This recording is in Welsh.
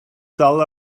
dal